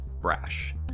brash